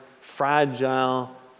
fragile